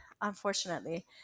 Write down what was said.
unfortunately